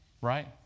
Right